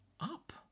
up